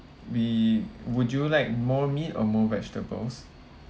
we would you like more meat or more vegetables